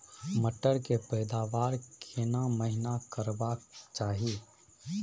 मटर के पैदावार केना महिना करबा के चाही?